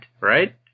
right